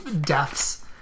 deaths